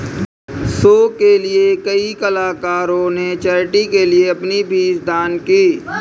show के कई कलाकारों ने चैरिटी के लिए अपनी फीस दान की